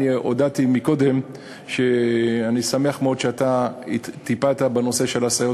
הודעתי קודם שאני שמח מאוד שטיפלת בנושא של הסייעות